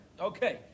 Okay